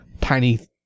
tiny